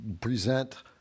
present